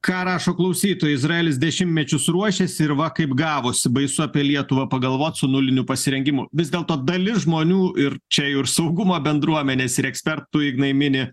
ką rašo klausytojai izraelis dešimtmečius ruošėsi ir va kaip gavosi baisu apie lietuvą pagalvot su nuliniu pasirengimu vis dėlto dalis žmonių ir čia jau ir saugumo bendruomenės ir ekspertų ignai mini